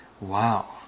Wow